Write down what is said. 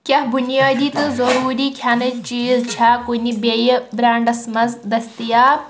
کیٛاہ بُنیٲدی تہٕ ضروٗری کھیٚنہٕ چیٖز چھا کُنہِ بیٚیہِ برٛینٛڈس منٛز دستیاب